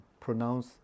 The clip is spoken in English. pronounce